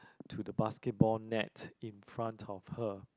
to the basketball net in front of her